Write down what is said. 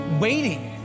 waiting